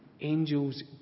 Angels